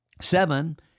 seven